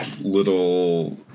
little